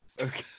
okay